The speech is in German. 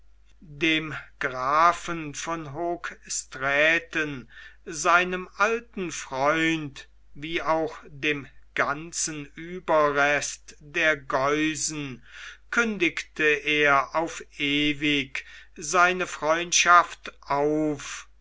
dem grafen von hoogstraaten seinem alten freund wie auch dem ganzen ueberrest der geusen kündigte er auf ewig seine freundschaft auf